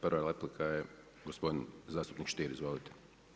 Prva replika je gospodin zastupnik Stier, izvolite.